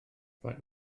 faint